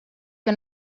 que